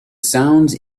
sounds